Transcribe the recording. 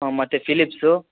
ಮತ್ತು ಫಿಲಿಪ್ಸು